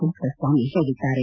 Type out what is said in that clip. ಕುಮಾರಸ್ವಾಮಿ ಹೇಳಿದ್ದಾರೆ